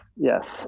yes